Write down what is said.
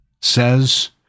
says